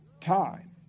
time